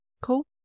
Cool